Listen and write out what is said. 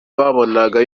babonaga